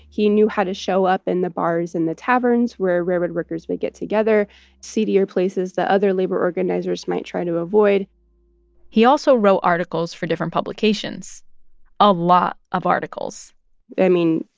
he knew how to show up in the bars and the taverns where railroad workers would get together seedier places that other labor organizers might try to avoid he also wrote articles for different publications a lot of articles i mean,